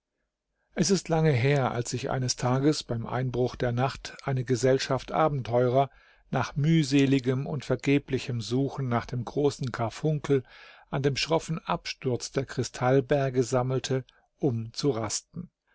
es ist lange her als sich eines tages beim einbruch der nacht eine gesellschaft abenteurer nach mühseligem und vergeblichem suchen nach dem großen karfunkel an dem schroffen absturz der kristallberge sammelte um zu rasten